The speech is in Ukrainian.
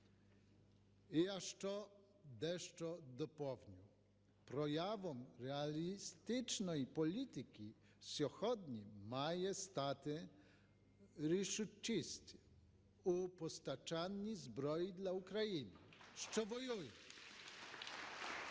І я ще дещо доповню. Проявом реалістичної політики сьогодні має стати рішучість у постачанні зброї для України, що воює.